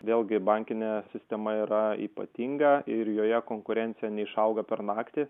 vėlgi bankinė sistema yra ypatinga ir joje konkurencija neišauga per naktį